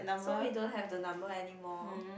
so we don't have the number anymore